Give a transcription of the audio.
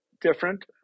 different